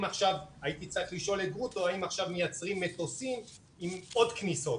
הייתי צריך לשאול את גרוטו האם עכשיו מייצרים מטוסים עם עוד כניסות,